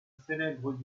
célèbre